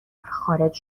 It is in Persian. خارج